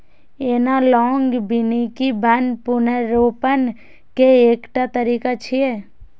analogue वानिकी वन पुनर्रोपण के एकटा तरीका छियै